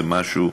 זה משהו,